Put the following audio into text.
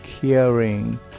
caring